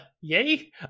yay